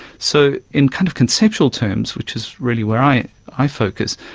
so in kind of conceptual terms, which is really where i i focus,